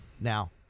now